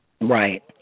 Right